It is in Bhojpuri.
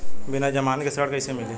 बिना जमानत के ऋण कईसे मिली?